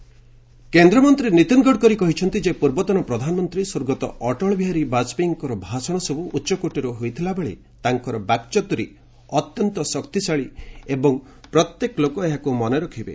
ଗଡକରୀ ଅଟଳଜୀ କେନ୍ଦ୍ରମନ୍ତ୍ରୀ ନୀତିନ ଗଡ଼କରୀ କହିଛନ୍ତି ଯେ ପୂର୍ବତନ ପ୍ରଧାନମନ୍ତ୍ରୀ ସ୍ୱର୍ଗତ ଅଟଳବିହାରୀ ବାଜପେୟୀଙ୍କର ଭାଷଣ ଉଚ୍ଚକୋଟୀର ହୋଇଥିଲା ବାକ୍ଚାତୁରୀ ଅତ୍ୟନ୍ତ ଶକ୍ତିଶାଳୀ ଏବଂ ପ୍ରତ୍ୟେକ ଲୋକ ଏହାକୁ ମନେରଖିବେ